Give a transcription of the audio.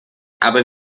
aber